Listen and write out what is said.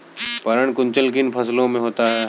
पर्ण कुंचन किन फसलों में होता है?